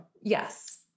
Yes